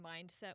mindset